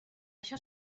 això